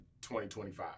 2025